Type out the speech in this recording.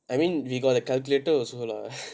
I mean we got a calculator also lah